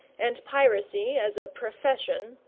and piracy, as a profession,